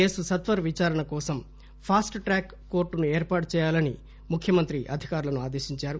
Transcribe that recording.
case సత్వర విచారణ కోసం ఫాస్ట్ ట్రాక్ కోర్టును ఏర్పాటు చేయాని ముఖ్యమంత్రి అధికారులను ఆదేశించారు